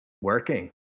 working